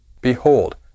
Behold